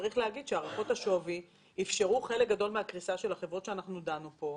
הערכות השווי אפשרו חלק גדול מהקריסה של החברות שאנחנו דנו בהן,